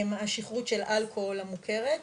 השכרות של אלכוהול המוכרת,